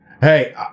Hey